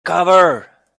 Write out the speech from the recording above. cover